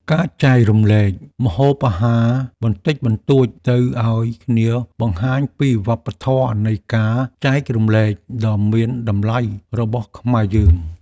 ការចែករំលែកម្ហូបអាហារបន្តិចបន្តួចទៅឱ្យគ្នាបង្ហាញពីវប្បធម៌នៃការចែករំលែកដ៏មានតម្លៃរបស់ខ្មែរយើង។